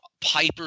Piper